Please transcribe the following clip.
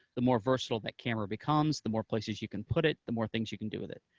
the more versatile that camera becomes, the more places you can put it, the more things you can do with it.